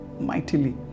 mightily